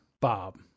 Bob